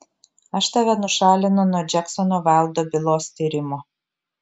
aš tave nušalinu nuo džeksono vaildo bylos tyrimo